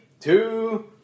two